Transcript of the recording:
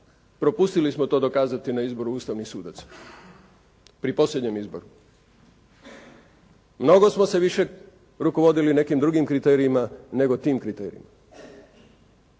propustili smo to dokazati na izboru ustavnih sudaca pri posljednjem izboru. Mnogo smo se više rukovodili nekim drugim kriterijima nego tim kriterijima.